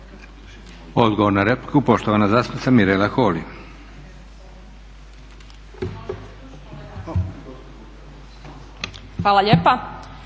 Odgovor na repliku poštovana zastupnica Mirela Holy. **Holy, Mirela